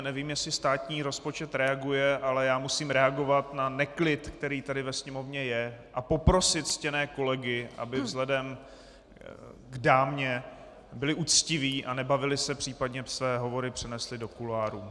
Nevím, jestli státní rozpočet reaguje, ale já musím reagovat na neklid, který tady ve sněmovně je, a poprosit ctěné kolegy, aby vzhledem k dámě byli uctiví a nebavili se, případně své hovory přenesli do kuloárů.